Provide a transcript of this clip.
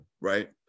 right